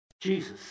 Jesus